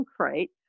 concrete